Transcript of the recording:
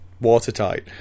watertight